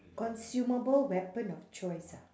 consumable weapon of choice ah